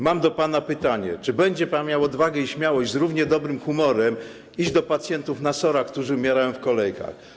Mam do pana pytanie, czy będzie pan miał odwagę i śmiałość z równie dobrym humorem iść do pacjentów na SOR-ach, którzy umierają w kolejkach.